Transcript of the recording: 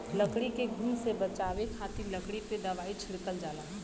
लकड़ी के घुन से बचावे खातिर लकड़ी पे दवाई छिड़कल जाला